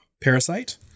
Parasite